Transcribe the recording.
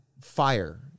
fire